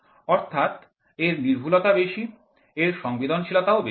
অর্থাৎ এর নির্ভুলতা বেশি এর সংবেদনশীলতাও বেশি